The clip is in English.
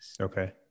Okay